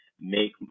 make